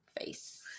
face